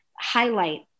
highlight